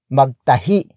Magtahi